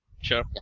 sure